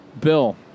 Bill